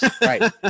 Right